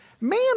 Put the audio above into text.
man